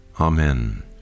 Amen